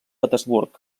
petersburg